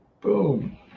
Boom